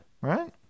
Right